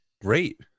great